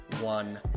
one